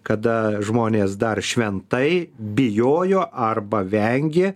kada žmonės dar šventai bijojo arba vengė